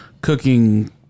cooking